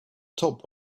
top